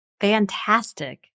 Fantastic